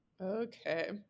Okay